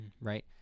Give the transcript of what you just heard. right